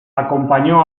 acompañó